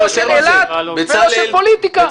לא של אילת ולא של פוליטיקה.